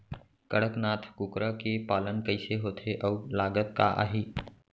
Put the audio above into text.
कड़कनाथ कुकरा के पालन कइसे होथे अऊ लागत का आही?